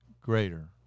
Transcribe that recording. greater